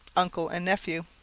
uncle and nephew.